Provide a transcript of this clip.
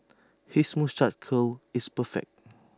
his moustache curl is perfect